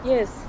Yes